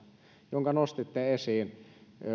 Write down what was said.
jonka nostitte esiin